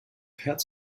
herz